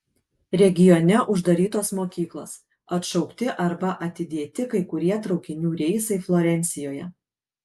regione uždarytos mokyklos atšaukti arba atidėti kai kurie traukinių reisai florencijoje